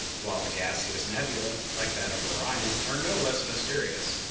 while the gaseous nebulae, like that of orion, are no less mysterious,